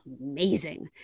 amazing